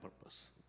purpose